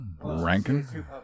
rankin